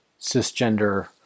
cisgender